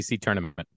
tournament